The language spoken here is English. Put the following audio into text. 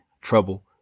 trouble